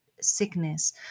sickness